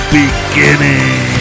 beginning